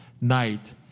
night